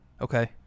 Okay